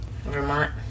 Vermont